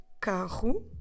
carro